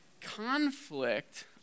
conflict